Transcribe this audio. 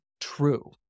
true